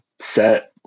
set